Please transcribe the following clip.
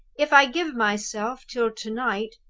if i give myself till to-night,